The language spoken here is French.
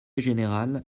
général